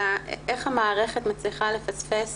על איך המערכת מצליחה לפספס